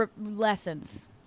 lessons